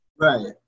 Right